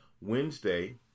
Wednesday